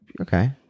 Okay